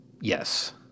yes